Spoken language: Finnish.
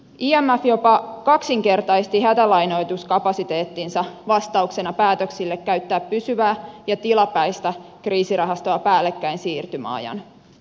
imf jopa kaksinkertaisti hätälainoituskapasiteettinsa vastauksena päätöksille käyttää pysyvää ja tilapäistä kriisirahastoa päällekkäin siirtymäajan